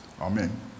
Amen